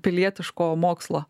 pilietiško mokslo